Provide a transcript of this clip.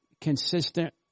consistent